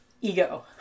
ego